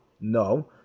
No